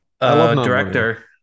director